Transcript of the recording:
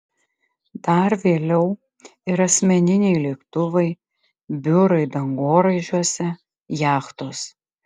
dar vėliau ir asmeniniai lėktuvai biurai dangoraižiuose jachtos